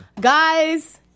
Guys